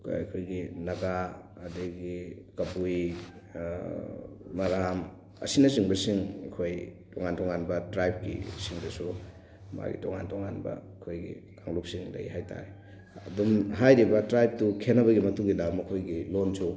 ꯑꯩꯈꯣꯏꯒꯤ ꯅꯥꯒꯥ ꯑꯗꯒꯤ ꯀꯕꯨꯏ ꯃꯔꯥꯝ ꯑꯁꯤꯅ ꯆꯤꯡꯕꯁꯤꯡ ꯑꯩꯈꯣꯏ ꯇꯣꯉꯥꯟ ꯇꯣꯉꯥꯟꯕ ꯇ꯭ꯔꯥꯏꯕꯀꯤ ꯁꯤꯡꯗꯁꯨ ꯃꯥꯒꯤ ꯇꯣꯉꯥꯟ ꯇꯣꯉꯥꯟꯕ ꯑꯩꯈꯣꯏꯒꯤ ꯀꯥꯡꯂꯨꯞꯁꯤꯡ ꯂꯩ ꯍꯥꯏꯇꯥꯔꯦ ꯑꯗꯨꯝ ꯍꯥꯏꯔꯤꯕ ꯇ꯭ꯔꯥꯏꯕꯇꯨꯕꯨ ꯂ ꯈꯦꯠꯅꯕꯒꯤ ꯃꯇꯨꯡ ꯏꯟꯅ ꯃꯈꯣꯏꯒꯤ ꯂꯣꯟꯁꯨ